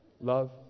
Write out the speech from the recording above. Love